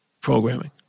programming